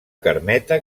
carmeta